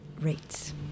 rates